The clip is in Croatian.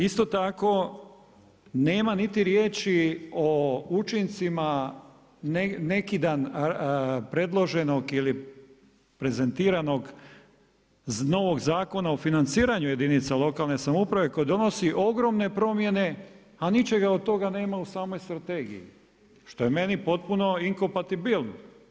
Isto tako nema niti riječi o učincima neki dan predloženog ili prezentiranog novog Zakona o financiranju jedinica lokalne samouprave koji donosi ogromne promjene a ničega od toga nema u samoj Strategiji, šta je meni potpuno inkopatibilno.